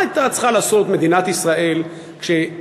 מה הייתה צריכה לעשות מדינת ישראל כשה-OECD,